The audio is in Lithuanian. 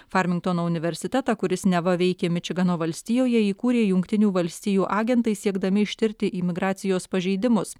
farmingtono universitetą kuris neva veikė mičigano valstijoje įkūrė jungtinių valstijų agentai siekdami ištirti imigracijos pažeidimus